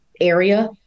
area